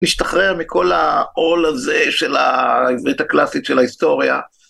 משתחרר מכל העול הזה של העברית הקלאסית, של ההיסטוריה.